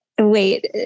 Wait